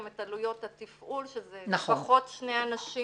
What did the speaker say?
את עלויות התפעול שזה לפחות שני אנשים